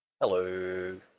Hello